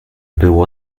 było